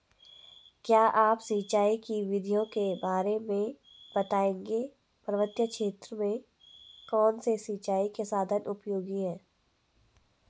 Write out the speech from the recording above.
क्या आप सिंचाई की विधियों के बारे में बताएंगे पर्वतीय क्षेत्रों में कौन से सिंचाई के साधन उपयोगी हैं?